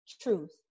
truth